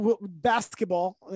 basketball